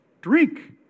drink